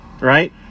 Right